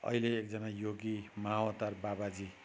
अहिले एकजना योगी मावतार बाबाजी